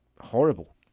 horrible